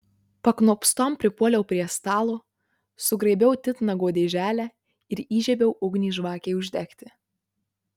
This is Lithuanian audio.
paknopstom pripuoliau prie stalo sugraibiau titnago dėželę ir įžiebiau ugnį žvakei uždegti